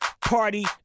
party